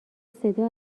صدا